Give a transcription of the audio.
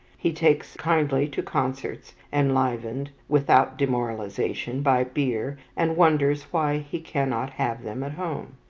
he takes kindly to concerts, enlivened, without demoralization, by beer, and wonders why he cannot have them at home.